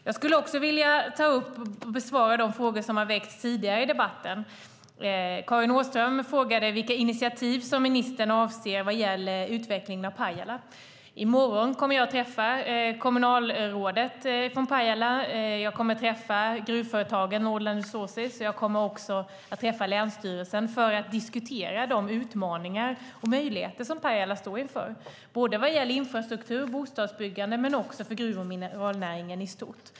Jag skulle vilja besvara de frågor som har ställts tidigare i debatten. Karin Åström frågade vilka initiativ ministern avser att ta vad gäller utvecklingen av Pajala. I morgon kommer jag att träffa kommunalrådet från Pajala. Jag kommer att träffa gruvföretaget, Northland Resources. Jag kommer också att träffa länsstyrelsen för att diskutera de utmaningar och möjligheter som Pajala står inför vad gäller infrastruktur, bostadsbyggande och gruv och mineralnäringen i stort.